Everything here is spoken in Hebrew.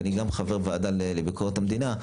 אני גם חבר ועדה לביקורת המדינה,